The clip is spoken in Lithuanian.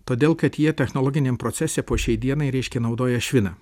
todėl kad jie technologiniam procese po šiai dienai reiškia naudoja šviną